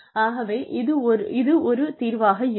ஆகவே இது ஒரு தீர்வாக இருக்கும்